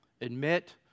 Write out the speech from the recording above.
admit